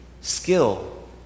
skill